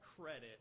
credit